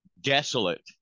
desolate